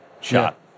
shot